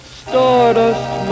stardust